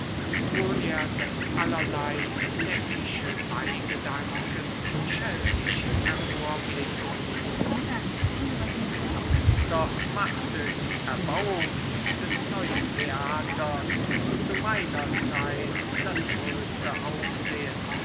wo er denn allerlei neckische beigedanken schelmisch hervorblicken ließ doch machte die erbauung des neuen theaters zu meiner zeit das größte aufsehen